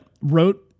wrote